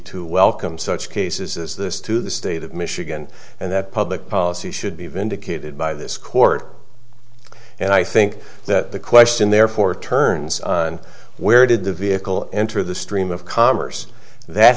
to welcome such cases as this to the state of michigan and that public policy should be vindicated by this court and i think that the question therefore turns on where did the vehicle enter the stream of commerce that